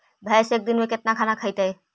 भैंस एक दिन में केतना खाना खैतई?